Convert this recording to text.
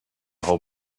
whole